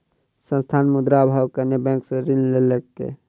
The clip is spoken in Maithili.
संस्थान, मुद्रा अभावक कारणेँ बैंक सॅ ऋण लेलकै